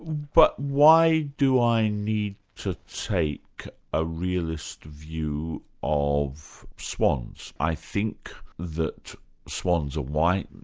but why do i need to take a realist view of swans? i think that swans are white,